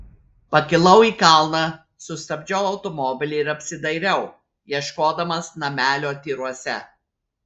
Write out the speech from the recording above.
pakilau į kalną sustabdžiau automobilį ir apsidairiau ieškodamas namelio tyruose